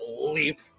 leap